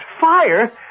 Fire